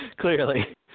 clearly